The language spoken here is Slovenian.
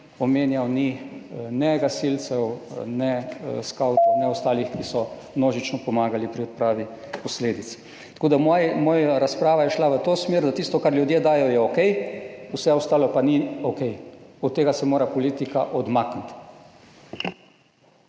omenjali, ni ne gasilcev, ne skavtov, ne ostalih, ki so množično pomagali pri odpravi posledic. Moja razprava je šla v to smer, da tisto, kar ljudje dajo, je okej, vse ostalo pa ni okej. Od tega se mora politika odmakniti.